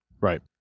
Right